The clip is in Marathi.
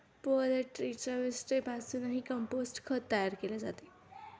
पोल्ट्रीच्या विष्ठेपासूनही कंपोस्ट खत तयार केले जाते